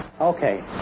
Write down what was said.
Okay